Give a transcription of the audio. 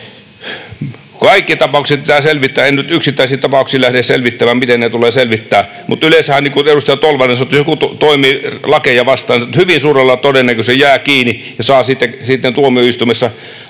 Kaikki tapaukset pitää selvittää. En nyt yksittäisiä tapauksia lähde selvittämään, miten ne tulee selvittää. Mutta yleensähän, niin kuin edustaja Tolvanen sanoi, kun joku toimii lakeja vastaan, hyvin suurella todennäköisyydellä jää kiinni ja saa siitä sitten